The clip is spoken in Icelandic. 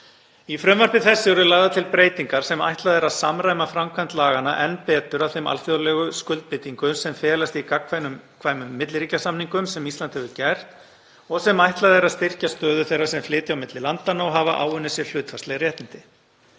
Í frumvarpi þessu eru lagðar til breytingar sem ætlað er að samræma framkvæmd laganna enn betur að þeim alþjóðlegu skuldbindingum sem felast í gagnkvæmum milliríkjasamningum sem Ísland hefur gert og sem ætlað er að styrkja stöðu þeirra sem flytja á milli landanna og hafa áunnið sér hlutfallsleg réttindi.